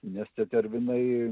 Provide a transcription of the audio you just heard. nes tetervinai